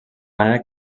manera